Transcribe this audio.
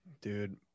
dude